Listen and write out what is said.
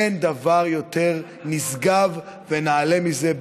אין דבר יותר נשגב ונעלה מזה,